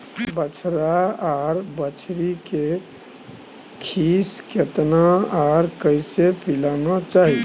बछरा आर बछरी के खीस केतना आर कैसे पिलाना चाही?